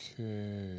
Okay